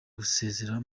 gusezera